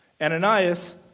Ananias